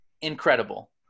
incredible